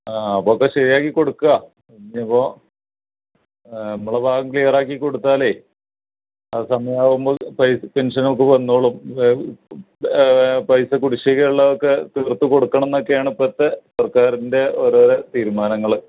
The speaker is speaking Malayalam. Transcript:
ആ അപ്പം ഒക്കെ ശരിയാക്കി കൊടുക്കുക ഇനി ഇപ്പോൾ നമ്മളെ ഭാഗം ക്ലിയറാക്കി കൊടുത്താലെ അത് സമയവാകുമ്പോൾ പൈസ പെൻഷനക്കെ വന്നോളും പൈസ കുടിശിക ഉള്ളതൊക്കെ തീർത്ത് കൊടുക്കണം എന്നൊക്കെയാണ് ഇപ്പോഴത്തെ സർക്കാരിന്റെ ഓരോ ഓരോ തീരുമാനങ്ങൾ